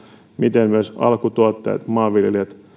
miten myös alkutuottajat maanviljelijät